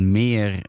meer